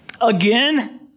Again